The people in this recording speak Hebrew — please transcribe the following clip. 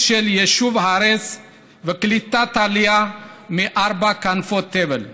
של יישוב הארץ וקליטת העלייה מארבע כנפות תבל,